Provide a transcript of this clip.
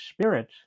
spirit